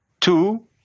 Two